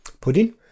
pudding